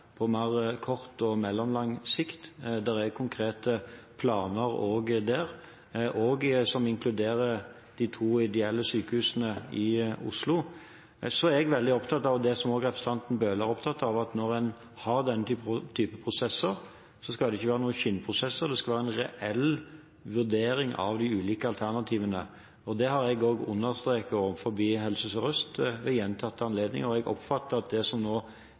på mer kort og mellomlang sikt. Det er også konkrete planer der, som inkluderer de to ideelle sykehusene i Oslo. Så er jeg veldig opptatt av det som også representanten Bøhler er opptatt av, at når en har denne typen prosesser, skal det ikke være noen skinnprosesser, det skal være en reell vurdering av de ulike alternativene. Det har jeg også understreket overfor Helse Sør-Øst ved gjentatte anledninger, og jeg oppfatter at det som nå